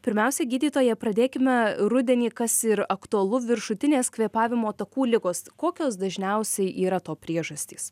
pirmiausia gydytoja pradėkime rudenį kas ir aktualu viršutinės kvėpavimo takų ligos kokios dažniausiai yra to priežastys